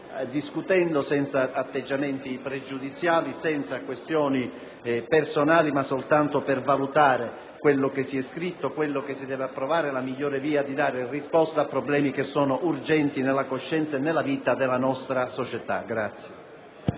stiamo discutendo senza atteggiamenti pregiudiziali e senza investire questioni personali, ma soltanto per valutare quello che si è scritto, quello che si deve approvare, quella che è la via migliore per dare risposta a problemi urgenti nella coscienza e nella vita della nostra società.